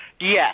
Yes